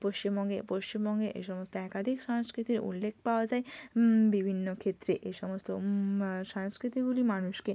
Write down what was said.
পশ্চিমবঙ্গে পশ্চিমবঙ্গে এসমস্ত একাধিক সংস্কৃতির উল্লেখ পাওয়া যায় বিভিন্ন ক্ষেত্রে এসমস্ত সংস্কৃতিগুলি মানুষকে